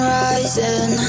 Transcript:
rising